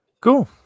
Cool